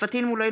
פטין מולא,